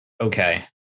Okay